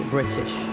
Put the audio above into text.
British